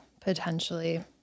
potentially